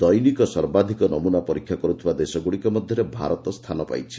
ଦୈନିକ ସର୍ବାଧିକ ନମୁନା ପରୀକ୍ଷା କରୁଥିବା ଦେଶଗୁଡ଼ିକ ମଧ୍ୟରେ ଭାରତ ସ୍ଥାନ ପାଇଛି